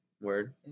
Word